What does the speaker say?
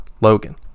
Logan